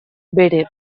bere